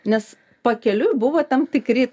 nes pakeliui buvo tam tikri